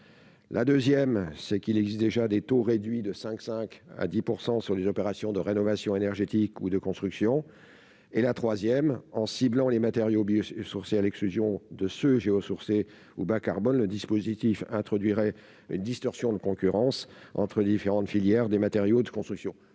la 2ème, c'est qu'il existe déjà des taux réduit de 5 5 à 10 % sur les opérations de rénovation énergétique ou de construction et la 3ème, en ciblant les matériaux bio-sourcées à l'exclusion de ce ressourcer ou bas carbone le dispositif introduirait une distorsion de concurrence entre les différentes filières, des matériaux de construction,